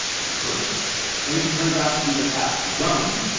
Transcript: you could and if it turns out to be the fact, gun,